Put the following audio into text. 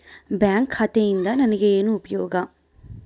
Bank ಖಾತೆಯಿಂದ ನನಗೆ ಏನು ಉಪಯೋಗ?